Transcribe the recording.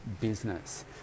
business